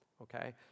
okay